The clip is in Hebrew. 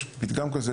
יש פתגם כזה